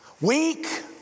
Weak